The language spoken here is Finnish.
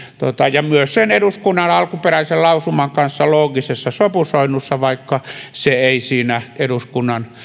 ja myös sen eduskunnan alkuperäisen lausuman kanssa loogisessa sopusoinnussa vaikka se ei siinä eduskunnan